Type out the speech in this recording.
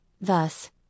thus